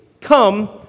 come